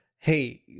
Hey